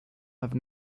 have